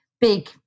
big